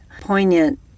poignant